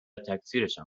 تکثیرشان